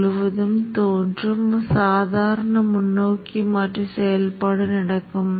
முதலில் நீங்கள் செய்ய வேண்டியது என்னவென்றால் நிலை மாறிகளின் மதிப்பை நீங்கள் எடுக்க வேண்டும்